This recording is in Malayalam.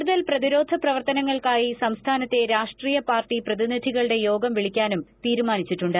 കൂടുതൽ പ്രതിരോധ പ്രവർത്തനങ്ങൾക്കായി സംസ്ഥാനത്തെ രാഷ്ട്രീയ പാർട്ടി പ്രതിനിധികളുടെ യോഗം വിളിക്കാനും തീരുമാനിച്ചിട്ടുണ്ട്